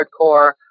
hardcore